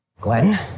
Glenn